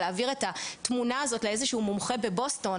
להעביר את התמונה הזאת לאיזה שהוא מומחה בבוסטון,